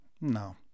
no